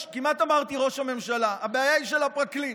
כמעט אמרתי "ראש הממשלה" כאילו הבעיה היא של הפרקליט,